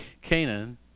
Canaan